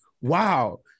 Wow